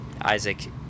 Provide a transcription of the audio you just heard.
Isaac